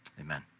Amen